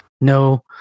No